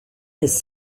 has